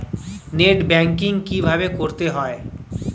Net banking কীভাবে করতে হয়?